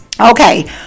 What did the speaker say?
okay